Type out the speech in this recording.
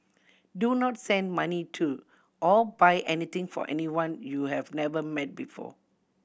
do not send money to or buy anything for anyone you have never met before